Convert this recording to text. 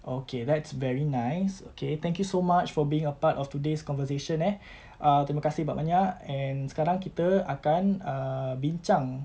okay that's very nice okay thank you so much for being a part of today's conversation eh ah terima kasih banyak-banyak and sekarang kita akan err bincang